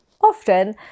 often